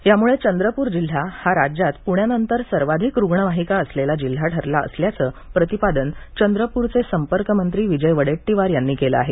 यामुळे चंद्रपुर जिल्हा हा राज्यात पुण्यानंतर सर्वाधिक रुग्णवाहिका असलेला जिल्हा ठरला असल्याचं प्रतिपादन चंद्रपूरचे संपर्कमंत्री विजय वडेट्टीवार यांनी केलं आहे